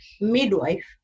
midwife